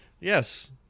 Yes